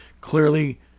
clearly